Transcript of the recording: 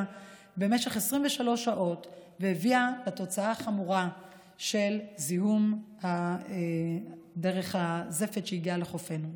למשך 23 שעות והביאה לתוצאה החמורה של זיהום דרך הזפת שהגיע לחופינו.